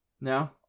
No